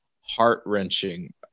heart-wrenching